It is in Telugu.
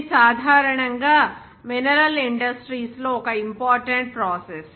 ఇది సాధారణంగా మినరల్ ఇండస్ట్రీస్ లో ఒక ఇంపార్టెంట్ ప్రాసెస్